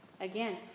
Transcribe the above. again